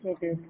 Okay